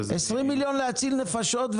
20 מיליון להציל נפשות,